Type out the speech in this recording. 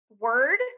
word